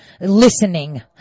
listening